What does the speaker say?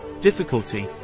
difficulty